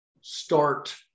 start